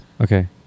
Okay